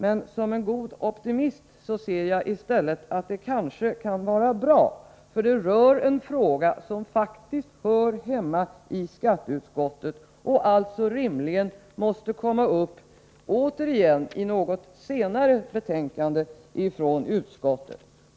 Men som en god optimist anser jag att det kanske kan vara bra, för motionen rör en fråga som faktiskt hör hemma i skatteutskottet och måste därför rimligen komma upp i något senare betänkande från utskottet.